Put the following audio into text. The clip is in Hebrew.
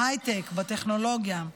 בהייטק, בטכנולוגיה,